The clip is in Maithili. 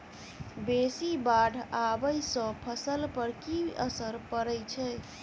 बेसी बाढ़ आबै सँ फसल पर की असर परै छै?